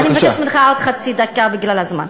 אני מבקשת ממך עוד חצי דקה בגלל הזמן.